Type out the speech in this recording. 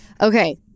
Okay